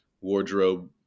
wardrobe